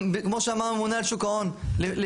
גם כמו שאמר הממונה על שוק ההון לפניי.